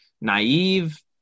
naive